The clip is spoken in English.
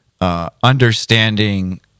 Understanding